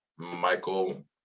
Michael